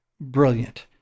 brilliant